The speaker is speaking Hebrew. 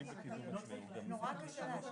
זה תיקון נוסח שעשינו.